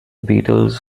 beatles